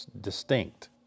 distinct